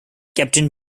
captain